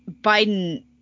Biden